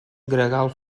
gregal